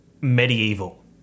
medieval